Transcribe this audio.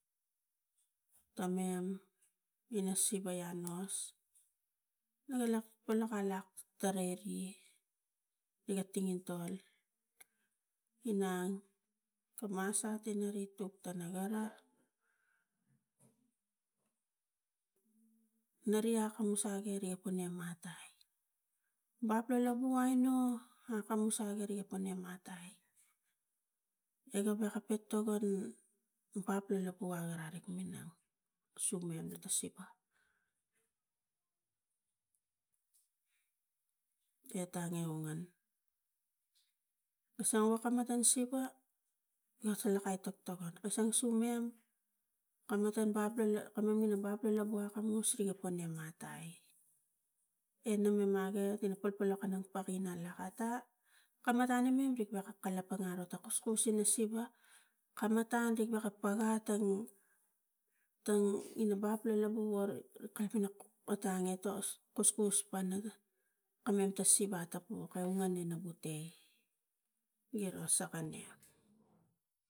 Kamem ina siva anos me ga lak pola ga lak tarai re niga tingintol inang tuman sat tarik tuk tare gun a, neri akamus agire pona mata baplo lavu aino akamus agiri pana mata egewek ka pik tokan baplo wek wa arik minang suman kata siva. Etang e ungan koso ga matan siva ngak kolok ai toktok kan kasang sumem kam matan baplo kam memele lo akamus riga pome matai e ni mage kana polpol ilak ken lo ata, kam matan imem i wek kalapang aro ta kuskus ina siva kam matan iwaka paga tang baplo lavu go kalapang ta siva atapuk ka ngan ina ute giro saka niek.